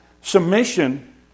Submission